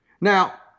Now